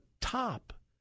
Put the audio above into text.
top